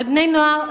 על בני-נוער.